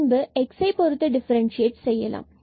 பின்பு x இதனை பொறுத்து டிஃபரண்ட்சியேட் செய்யலாம்